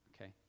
Okay